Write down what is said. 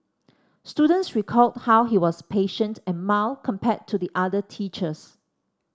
students recalled how he was patient and mild compared to the other teachers